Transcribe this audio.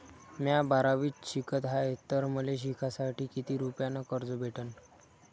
म्या बारावीत शिकत हाय तर मले शिकासाठी किती रुपयान कर्ज भेटन?